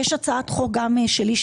יש הצעת חוק גם שלי,